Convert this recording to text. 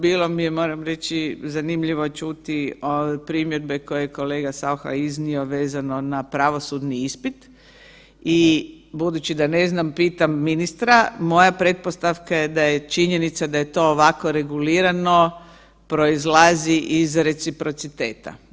Bilo mi je, moram reći, zanimljivo čuti primjedbe koje je kolega Saucha iznio vezano na pravosudni ispit i budući da ne znam, pitam ministra, moja pretpostavka je da je činjenica da je to ovako regulirano, proizlazi iz reciprociteta.